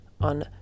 on